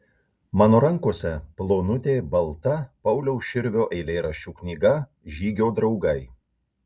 mano rankose plonutė balta pauliaus širvio eilėraščių knyga žygio draugai